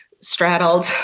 straddled